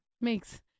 makes